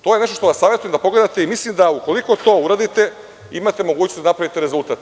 To je nešto što vas savetujem da pogledate i mislim da ukoliko to uradite imate mogućnost da napravite rezultat.